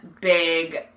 big